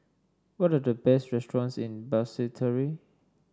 what are the best restaurants in Basseterre